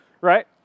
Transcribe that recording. Right